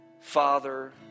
Father